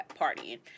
partying